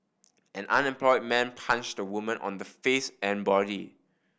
an unemployed man punched a woman on the face and body